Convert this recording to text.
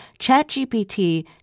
ChatGPT